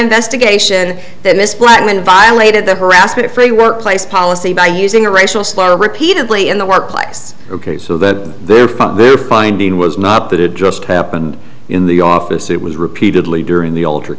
investigation that miss blackman violated their harassment free workplace policy by using a racial slur repeatedly in the workplace ok so that their phone their finding was not that it just happened in the office it was repeatedly during the ult